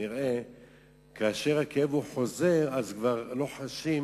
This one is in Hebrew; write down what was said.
וכנראה כאשר הכאב חוזר אז כבר לא חשים